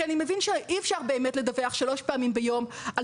אני מבין שאי אפשר לדווח שלוש פעמים ביום על